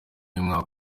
y’umwaka